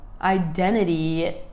identity